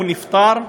הוא נפטר.